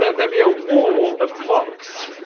there be a wall of clocks